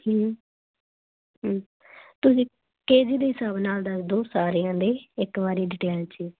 ਤੁਸੀਂ K G ਦੇ ਹਿਸਾਬ ਨਾਲ ਦੱਸ ਦਿਓ ਸਾਰਿਆਂ ਦੇ ਇੱਕ ਵਾਰੀ ਡਿਟੇਲ 'ਚ